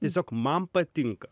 tiesiog man patinka